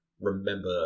remember